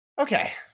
okay